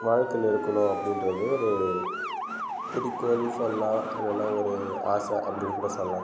வாழ்க்கையில் இருக்கணும் அப்படின்றது ஒரு குறிக்கோள்னு சொல்லலாம் இல்லேனா ஒரு ஆசை அப்படினு கூட சொல்லலாம்